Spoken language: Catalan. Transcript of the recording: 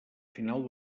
final